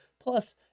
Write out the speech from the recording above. Plus